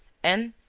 and,